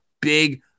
Big